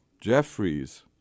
Jeffries